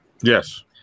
Yes